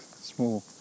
small